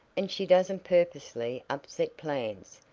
and she doesn't purposely upset plans.